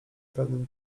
pewnym